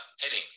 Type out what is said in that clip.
Heading